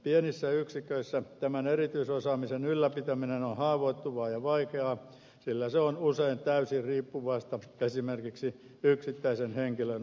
pienissä yksiköissä tämän erityisosaamisen ylläpitäminen on haavoittuvaa ja vaikeaa sillä se on usein täysin riippuvaista esimerkiksi yksittäisen henkilön osaamisesta